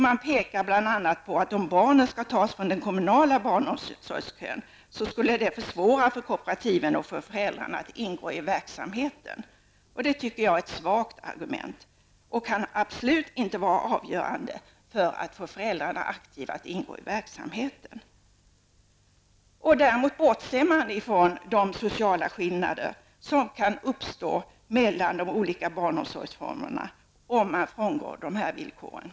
De pekar bl.a. på att om barnen skulle tas från den kommunala barnomsorgskön skulle det försvåra för kooperativen och föräldrarna att ingå i verksamheten. Det tycker jag är ett svagt argument, och det kan absolut inte vara avgörande för att få föräldrarna att aktivt ingå i verksamheten. Däremot bortser de borgerliga partierna från de sociala skillnader som kan uppstå med de olika barnomsorgsformerna om man frångår de här villkoren.